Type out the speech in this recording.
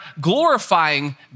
glorifying